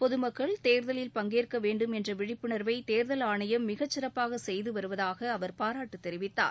பொதுமக்கள் தேர்தலில் பங்கேற்க வேண்டும் என்ற விழிப்புணர்வை தேர்தல் ஆணையம் மிகச் சிறப்பாக செய்துவருவதாக பாராட்டு தெரிவித்தார்